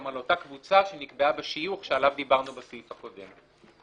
גם על אותה קבוצה שנקבעה בשיוך שעליו דיברנו בסעיף הקודם.